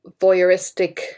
voyeuristic